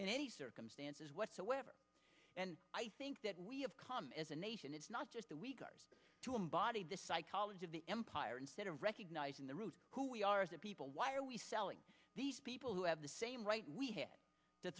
in any circumstances whatsoever and i think that we have come as a nation it's not just the week ours to embody the psychology of the empire instead of recognizing the root who we are as a people why are we selling these people who have the same right we have to